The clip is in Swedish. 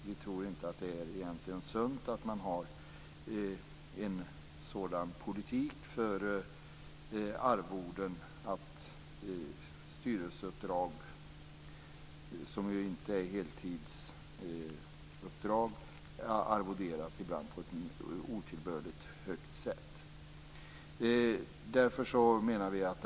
Vi tror inte att det är sunt att ha en politik där styrelseuppdrag, som ju inte är heltidsuppdrag, ibland arvoderas på ett otillbörligt högt sätt.